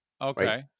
Okay